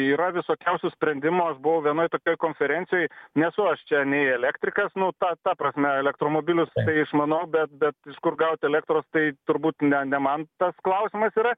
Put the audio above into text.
yra visokiausių sprendimų aš buvau vienoj tokioj konferencijoj nesu aš čia nei elektrikas nu ta ta prasme elektromobilius tai išmanau bet bet iš kur gaut elektros tai turbūt ne ne man tas klausimas yra